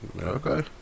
Okay